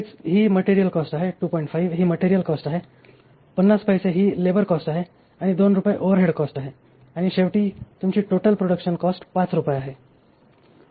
5 ही material cost आहे 50 पैसे ही म्हणजे लेबर कॉस्ट आहे 2 रुपये ओव्हरहेड कॉस्ट आहेत आणि शेवटी तुमची टोटल प्रोडक्शन कॉस्ट 5 रुपये आहे